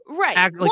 right